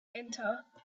enter